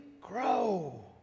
grow